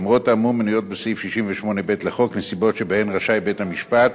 למרות האמור מנויות בסעיף 68(ב) לחוק נסיבות שבהן רשאי בית-המשפט